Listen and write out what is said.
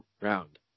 round